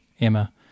Emma